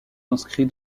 inscrit